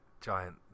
giant